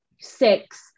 six